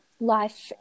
life